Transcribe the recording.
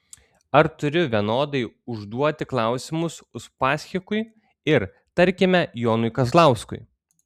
ar turiu vienodai užduoti klausimus uspaskichui ir tarkime jonui kazlauskui